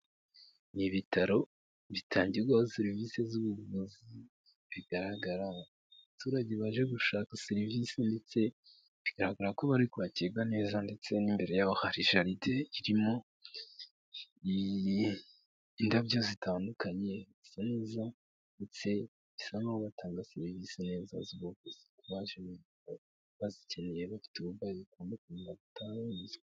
Ni ibitaro bitangirwaho serivisi z'ubuvuzi bigaragara, abaturage baje gushaka serivisi ndetse bigaragara ko bari kwakirwa neza ndetse n'imbere yaho hari jaride irimo indabyo zitandukanye zisa neza ndetse bisa nk'aho batanga serivisi neza z'ubuvuzi ku baje bazikeneye bafite uburwayi butandukanye bagataha banyuzwe.